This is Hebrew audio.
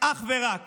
אך ורק